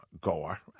goer